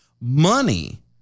money